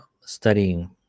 studying